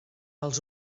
als